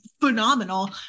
Phenomenal